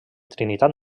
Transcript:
trinitat